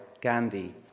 Gandhi